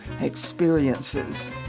experiences